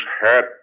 hat